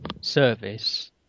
service